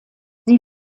sie